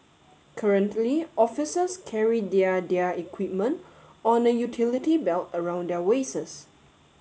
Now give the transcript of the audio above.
currently officers carry their their equipment on a utility belt around their